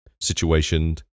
situation